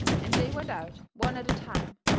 and they went out one at a time,